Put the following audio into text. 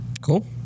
Cool